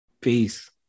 peace